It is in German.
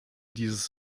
dieses